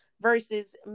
versus